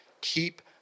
Keep